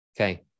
okay